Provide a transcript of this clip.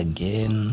Again